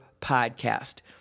podcast